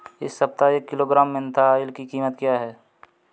इस सप्ताह एक किलोग्राम मेन्था ऑइल की कीमत क्या है?